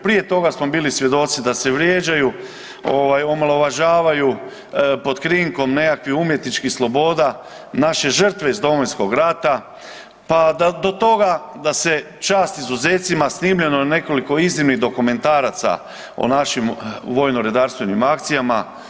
Prije toga smo bili svjedoci da se vrijeđaju, omalovažavaju pod krinkom nekakvih umjetničkih sloboda naše žrtve iz Domovinskog rata, pa do toga da se čast izuzetcima snimljeno nekoliko iznimnih dokumentaraca o našim vojno-redarstvenim akcijama.